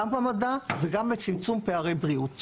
גם במדע וגם בצמצום פערי בריאות.